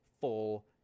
full